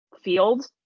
field